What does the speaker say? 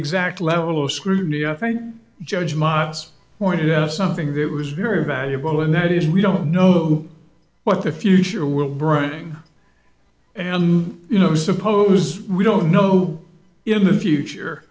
exact level of scrutiny i think judge modest pointed out something that was very valuable and that is we don't know what the future will bring and you know suppose we don't know in the future